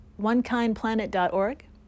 onekindplanet.org